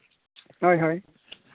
ᱦᱳᱭ ᱦᱳᱭ